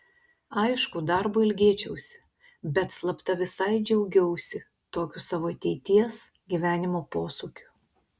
aišku darbo ilgėčiausi bet slapta visai džiaugiausi tokiu savo ateities gyvenimo posūkiu